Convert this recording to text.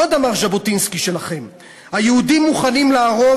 עוד אמר ז'בוטינסקי שלכם: "היהודים מוכנים לערוב